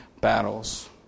battles